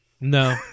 No